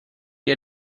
ihr